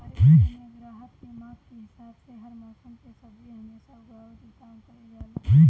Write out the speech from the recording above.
हरित गृह में ग्राहक के मांग के हिसाब से हर मौसम के सब्जी हमेशा उगावे के काम कईल जाला